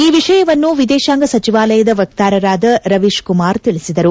ಈ ವಿಷಯವನ್ನು ವಿದೇಶಾಂಗ ಸಚಿವಾಲಯದ ವಕ್ಷಾರಾದ ರವೀಶ್ ಕುಮಾರ್ ತಿಳಿಸಿದರು